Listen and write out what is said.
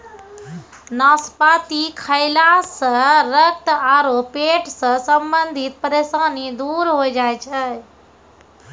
नाशपाती खैला सॅ रक्त आरो पेट सॅ संबंधित परेशानी दूर होय जाय छै